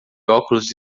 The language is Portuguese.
óculos